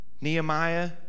Nehemiah